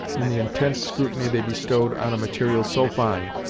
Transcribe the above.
in the intense scrutiny they bestowed on a material so fine,